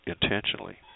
intentionally